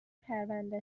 پرونده